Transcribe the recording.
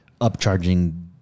upcharging